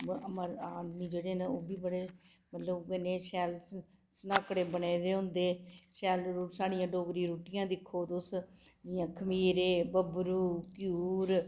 मर्द आदमी जेह्ड़े न ओह् बी बड़े मतलब उ'ऐ नेह् शैल सनाह्कड़े बने दे होंदे शैल साढ़ियां रुट्टियां दिक्खो तुस जि'यां खमीरे बबरू घ्यूर